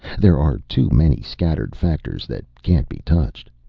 there are too many scattered factors that can't be touched.